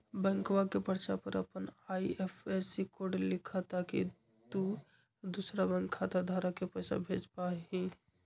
बैंकवा के पर्चा पर अपन आई.एफ.एस.सी कोड लिखा ताकि तु दुसरा बैंक खाता धारक के पैसा भेज पा हीं